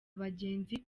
abagenzi